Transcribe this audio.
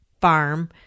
farm